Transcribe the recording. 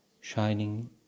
shining